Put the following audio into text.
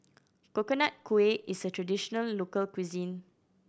Coconut Kuih is a traditional local cuisine